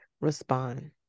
respond